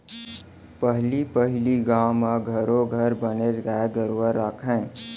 पहली पहिली गाँव म घरो घर बनेच गाय गरूवा राखयँ